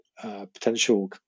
potential